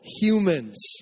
humans